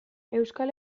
euskal